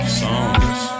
songs